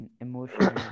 emotional